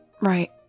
Right